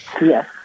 Yes